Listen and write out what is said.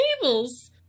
tables